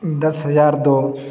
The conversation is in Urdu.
دس ہزار دو